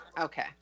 Okay